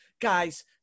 Guys